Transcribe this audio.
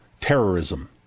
terrorism